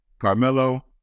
Carmelo